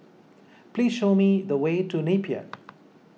please show me the way to Napier